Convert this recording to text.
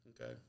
Okay